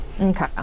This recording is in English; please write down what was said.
okay